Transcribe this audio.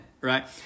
right